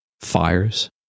fires